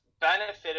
benefited